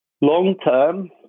Long-term